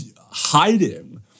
hiding